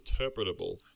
interpretable